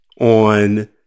on